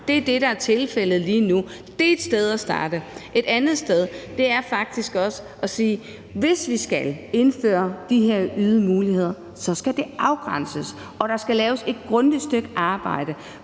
Det er det, der er tilfældet lige nu. Det er et sted at starte. Et andet sted er faktisk også at sige, at hvis vi skal indføre de her nye muligheder, skal det afgrænses, og der skal laves et grundigt stykke arbejde